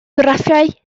graffiau